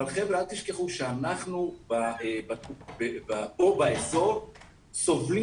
אבל חבר'ה, אל תשכחו שאנחנו פה באזור סובלים